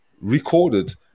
recorded